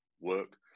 work